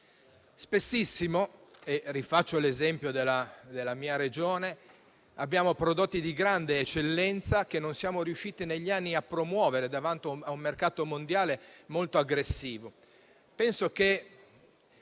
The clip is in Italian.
Spessissimo - e rifaccio l'esempio della mia Regione - abbiamo prodotti di grande eccellenza che negli anni non siamo riusciti a promuovere davanti a un mercato mondiale molto aggressivo.